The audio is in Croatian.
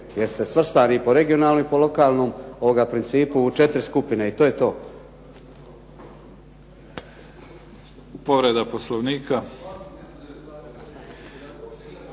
jer ste svrstani po regionalnom i po lokalnom principu u četiri skupine i to je to.